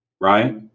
Right